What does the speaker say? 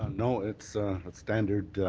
ah no, it's standard.